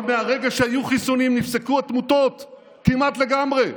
אבל מהרגע שהיו חיסונים נפסקו התמותות כמעט לגמרי.